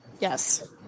Yes